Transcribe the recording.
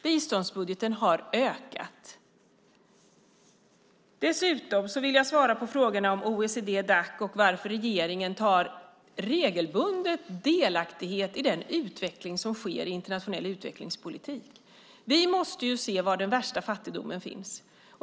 Biståndsbudgeten har ökat. Dessutom vill jag svara på frågorna om OECD-Dac och varför regeringen regelbundet tar del i den utveckling som sker i internationell utvecklingspolitik. Vi måste se var den värsta fattigdomen finns.